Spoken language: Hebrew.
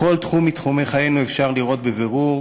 בכל תחום מתחומי חיינו אפשר לראות בבירור,